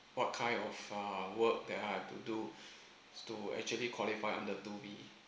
what kind of uh work that I to do to actually qualify under two B